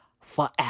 forever